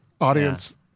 audience